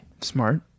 Smart